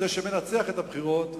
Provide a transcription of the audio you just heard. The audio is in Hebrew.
זה שמנצח את הבחירות,